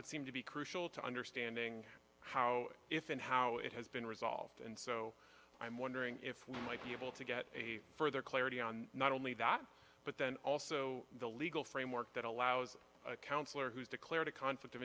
would seem to be crucial to understanding how if and how it has been resolved and so i'm wondering if we might be able to get a further clarity on not only that but then also the legal framework that allows a counselor who's declared a conflict of